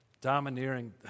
Domineering